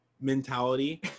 mentality